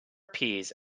appears